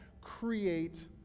create